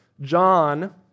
John